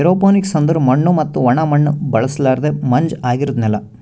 aeroponics ಅಂದುರ್ ಮಣ್ಣು ಮತ್ತ ಒಣ ಮಣ್ಣ ಬಳುಸಲರ್ದೆ ಮಂಜ ಆಗಿರದ್ ನೆಲ